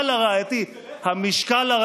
למה יחסית?